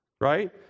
right